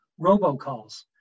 robocalls